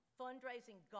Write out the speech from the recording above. fundraising